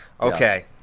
Okay